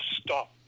stop